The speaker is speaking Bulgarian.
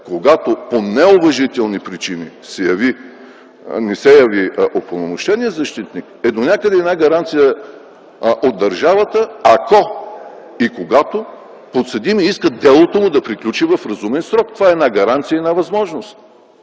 когато по неуважителни причини не се яви упълномощеният защитник, е донякъде гаранция от държавата, ако и когато подсъдимият иска делото му да приключи в разумен срок. Това е една гаранция и една възможност